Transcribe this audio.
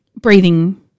breathing